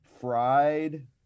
fried